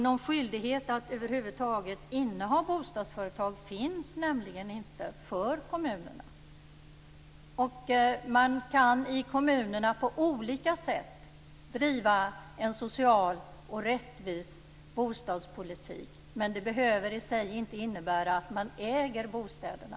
Någon skyldighet att över huvud taget inneha bostadsföretag finns nämligen inte för kommunerna. Man kan i kommunerna på olika sätt driva en social och rättvis bostadspolitik. Men det behöver i sig inte innebära att man äger bostäderna.